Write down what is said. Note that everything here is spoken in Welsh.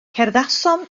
cerddasom